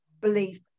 belief